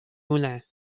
moulins